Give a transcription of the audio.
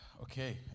okay